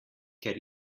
ker